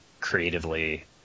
creatively